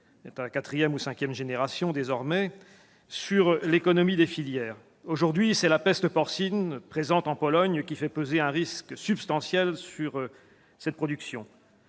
à la quatrième ou cinquième génération désormais, sur l'économie des filières. Aujourd'hui, c'est la peste porcine présente en Pologne qui fait peser un risque substantiel sur cette production.